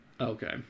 Okay